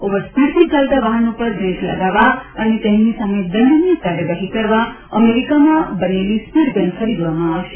over સ્પીડથી ચાલતા વાહનો પર બ્રેક લગાવવા અને તેમની સામે દંડનીય કાર્યવાહી કરવા અમેરિકામાં બનેલી સ્પીડ ગન ખરીદવામાં આવશે